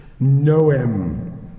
noem